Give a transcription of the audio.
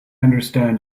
understand